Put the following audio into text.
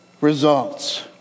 results